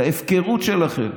את ההפקרות שלכם.